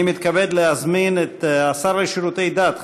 אני מתכבד להזמין את השר לשירותי דת,